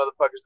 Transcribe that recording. motherfuckers